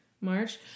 March